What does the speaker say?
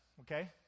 okay